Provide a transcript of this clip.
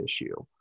issue